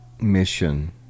mission